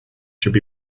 should